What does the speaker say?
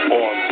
on